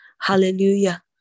Hallelujah